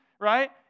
right